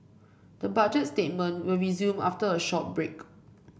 the Budget statement will resume after a short break